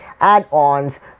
add-ons